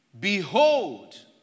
behold